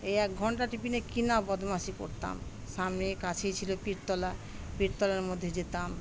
এই এক ঘণ্টা টিফিনে কিনা বদমায়েশি করতাম সামনে কাছেই ছিলো পীরতলা পীরতলার মধ্যে যেতাম